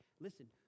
Listen